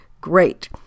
great